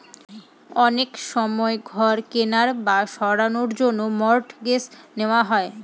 অনেক সময় ঘর কেনার বা সারানোর জন্য মর্টগেজ নেওয়া হয়